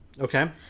Okay